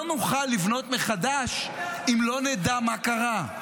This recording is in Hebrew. לא נוכל לבנות מחדש אם לא נדע מה קרה.